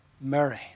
Mary